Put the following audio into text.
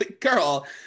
girl